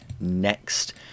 next